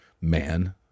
Man